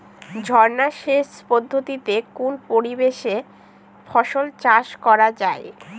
ঝর্না সেচ পদ্ধতিতে কোন পরিবেশে ফসল চাষ করা যায়?